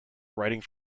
writing